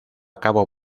cabo